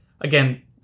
again